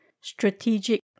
strategic